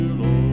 Lord